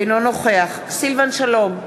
אינו נוכח סילבן שלום,